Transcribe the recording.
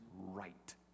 right